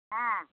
ஆ